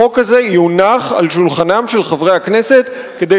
החוק הזה יונח על שולחנם של חברי הכנסת כדי